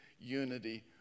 Unity